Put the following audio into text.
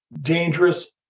dangerous